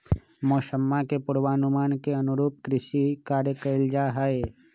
मौसम्मा के पूर्वानुमान के अनुरूप कृषि कार्य कइल जाहई